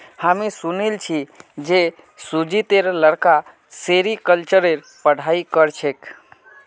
हामी सुनिल छि जे सुजीतेर लड़का सेरीकल्चरेर पढ़ाई कर छेक